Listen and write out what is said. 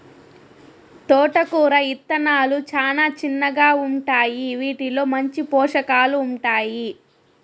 తోటకూర ఇత్తనాలు చానా చిన్నగా ఉంటాయి, వీటిలో మంచి పోషకాలు ఉంటాయి